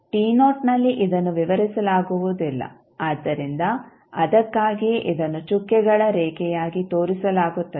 ನಲ್ಲಿ ಇದನ್ನು ವಿವರಿಸಲಾಗುವುದಿಲ್ಲ ಆದ್ದರಿಂದ ಅದಕ್ಕಾಗಿಯೇ ಇದನ್ನು ಚುಕ್ಕೆಗಳ ರೇಖೆಯಾಗಿ ತೋರಿಸಲಾಗುತ್ತದೆ